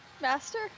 master